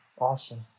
Awesome